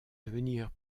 devenir